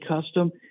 Custom